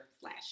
flash